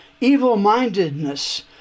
evil-mindedness